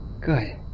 Good